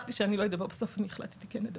הבטחתי שאני לא אדבר ובסוף החלטתי כן לדבר.